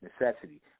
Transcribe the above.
necessity